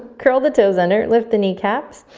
curl the toes under, lift the kneecaps,